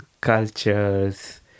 cultures